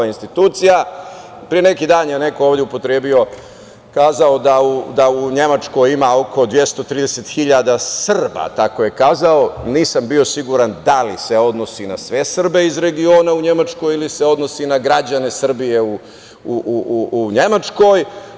Pre neki dan je neko ovde rekao da u Nemačkoj ima oko 230.000 Srba, tako je rekao, nisam bio siguran da li se odnosi na sve Srbe iz regiona u Nemačkoj ili se odnosi na građane Srbije u Nemačkoj.